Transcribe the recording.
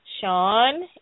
Sean